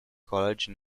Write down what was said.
college